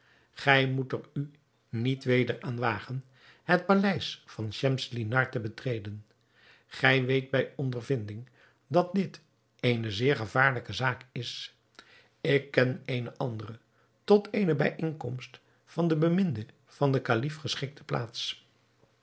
gij moet er u niet weder aan wagen het paleis van schemselnihar te betreden gij weet bij ondervinding dat dit eene zeer gevaarlijke zaak is ik ken eene andere tot eene bijeenkomst met de beminde van den kalif geschikte plaats